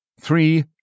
Three